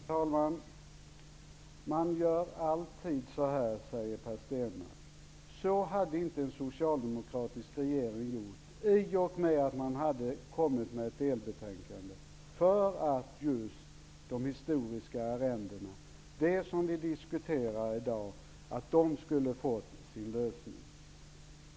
Herr talman! Man gör alltid så här, säger Per Stenmarck. Så hade inte en socialdemokratisk regering gjort, eftersom ett delbetänkande hade lagts fram just för att frågan om de historiska arrendena, som vi diskuterar i dag, skulle få sin lösning.